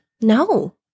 no